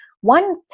one